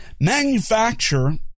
manufacture